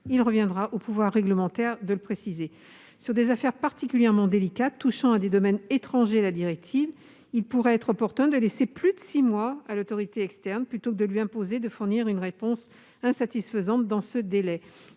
Il reviendra au pouvoir réglementaire de le préciser. Sur des affaires particulièrement délicates touchant à des domaines étrangers à ceux qui sont visés par la directive européenne, il pourrait être opportun de laisser plus de six mois à l'autorité externe, plutôt que de lui imposer de fournir une réponse insatisfaisante dans ce délai.